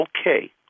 okay